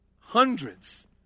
hundreds